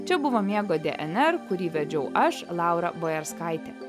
čia buvo miego dnr kurį vedžiau aš laura boerskaitė